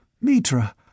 Mitra